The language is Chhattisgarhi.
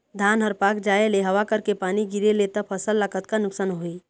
धान हर पाक जाय ले हवा करके पानी गिरे ले त फसल ला कतका नुकसान होही?